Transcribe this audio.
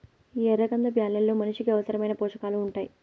ఈ ఎర్ర కంది బ్యాళ్ళలో మనిషికి అవసరమైన పోషకాలు ఉంటాయి